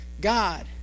God